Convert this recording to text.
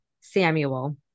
Samuel